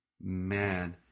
man